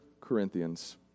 Corinthians